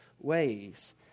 ways